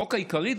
בחוק העיקרי,